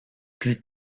plus